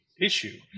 issue